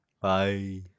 bye